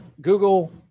google